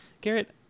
Garrett